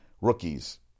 rookies